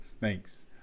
Thanks